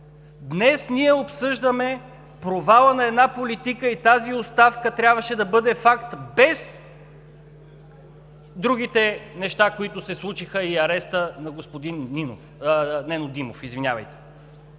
Днес ние обсъждаме провала на една политика и тази оставка трябваше да бъде факт без другите неща, които се случиха, и ареста на господин Нено Димов. Това е